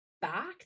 back